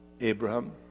Abraham